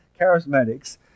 charismatics